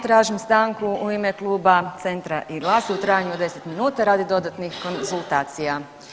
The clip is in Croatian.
Tražim stanku u ime Kluba Centra i GLAS-a u trajanju od 10 minuta radi dodatnih konzultacija.